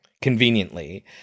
conveniently